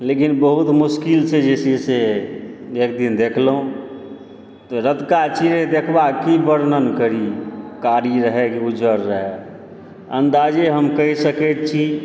लेकिन बहुत मुश्किल से जे छै से एक दिन देखलहुँ तऽ रतुका चिड़ै देखबाक की वर्णन करी कारी रहय कि उज्जर रहय अन्दाजे हम कहि सकैत छी